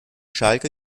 schalke